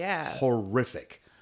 horrific